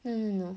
mm